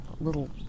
little